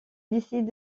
décide